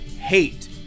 hate